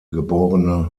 geb